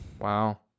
Wow